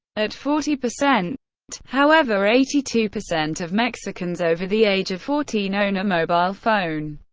at forty percent however, eighty two percent of mexicans over the age of fourteen own a mobile phone.